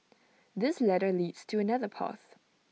this ladder leads to another path